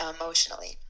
emotionally